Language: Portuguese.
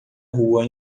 rua